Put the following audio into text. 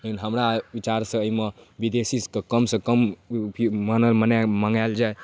लेकिन हमरा विचारसँ एहिमे विदेशीके कमसँ कममे माने मँगाएल जाए